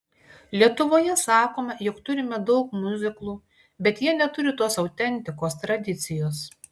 lietuvoje sakome jog turime daug miuziklų bet jie neturi tos autentikos tradicijos